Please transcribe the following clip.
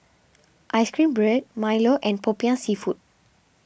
Ice Cream Bread Milo and Popiah Seafood